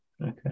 Okay